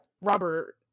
robert